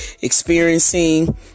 experiencing